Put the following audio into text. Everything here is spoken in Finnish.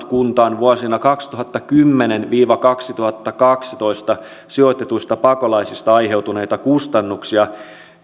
kuntaan vuosina kaksituhattakymmenen viiva kaksituhattakaksitoista sijoitetuista pakolaisista aiheutuneita kustannuksia